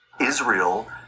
Israel